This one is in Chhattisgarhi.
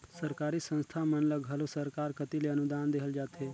सरकारी संस्था मन ल घलो सरकार कती ले अनुदान देहल जाथे